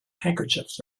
handkerchiefs